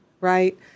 right